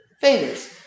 failures